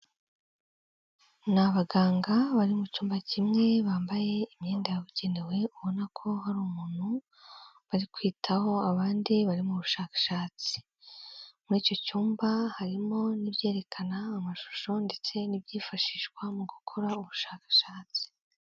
Ni abaganga bari mu cyumba kimwe, bambaye imyenda yabugenewe ubona ko hari umuntu bari kwitaho, abandi bari mu bushakashatsi, muri icyo cyumba harimo n'ibyerekana amashusho ndetse n'ibyifashishwa mu gukora ubushakashatsi.